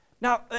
Now